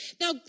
Now